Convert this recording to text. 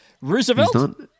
Roosevelt